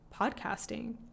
podcasting